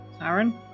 Aaron